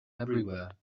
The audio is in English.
everywhere